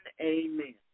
amen